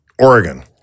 Oregon